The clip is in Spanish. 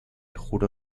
juró